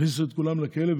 הכניסו את כולם לכלא,